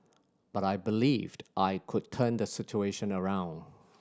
but I believed I could turn the situation around